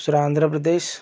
दुसरा आंध्र प्रदेश